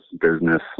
business